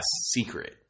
secret